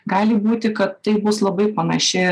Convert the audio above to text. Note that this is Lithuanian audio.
gali būti kad tai bus labai panaši